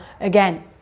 again